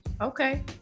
Okay